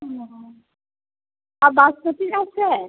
हाँ बासमती राइस है